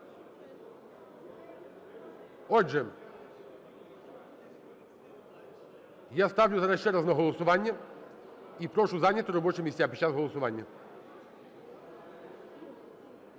Отже, я ставлю зараз ще раз на голосування, і прошу зайняти робочі місця під час голосування.